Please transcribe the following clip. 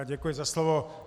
Děkuji za slovo.